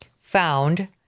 found